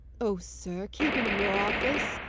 oh, sir, keep him in your office!